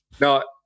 No